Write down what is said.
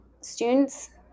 students